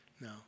No